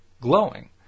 glowing